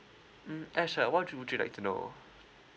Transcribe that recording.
mm ya sure what would you like to know